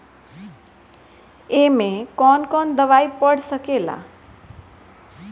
ए में कौन कौन दवाई पढ़ सके ला?